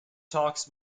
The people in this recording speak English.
talks